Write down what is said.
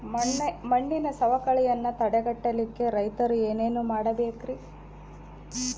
ಮಣ್ಣಿನ ಸವಕಳಿಯನ್ನ ತಡೆಗಟ್ಟಲಿಕ್ಕೆ ರೈತರು ಏನೇನು ಮಾಡಬೇಕರಿ?